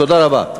תודה רבה.